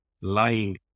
lying